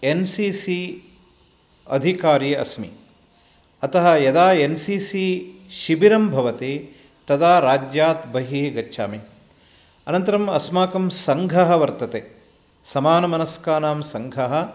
N C C अधिकारी अस्मि अतः यदा एन् सि सि शिबिरं भवति तदा राज्यात् बहिः गच्छामि अनन्तरम् अस्माकं सङ्घः वर्तते समानमनस्कानां सङ्घः